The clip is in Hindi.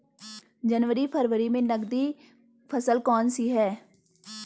जनवरी फरवरी में नकदी फसल कौनसी है?